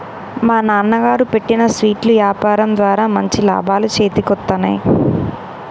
మా నాన్నగారు పెట్టిన స్వీట్ల యాపారం ద్వారా మంచి లాభాలు చేతికొత్తన్నయ్